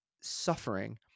suffering